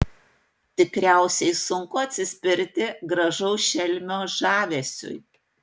tikriausiai sunku atsispirti gražaus šelmio žavesiui